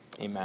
amen